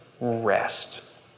rest